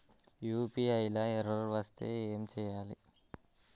UPI లా error వస్తే ఏం చేయాలి?